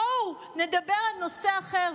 בואו נדבר על נושא אחר,